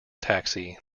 taxi